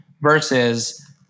versus